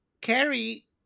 Carrie